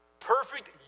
Perfect